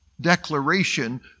declaration